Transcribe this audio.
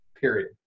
period